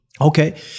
Okay